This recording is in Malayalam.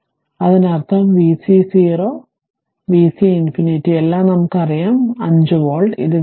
അതിനാൽ അതിനർത്ഥം vc 0 vc ∞ എല്ലാം നമുക്ക് അറിയാം അതിനാൽ 5 വോൾട്ട്